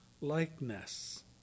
likeness